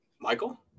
Michael